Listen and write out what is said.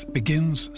begins